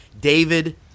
David